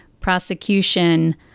prosecution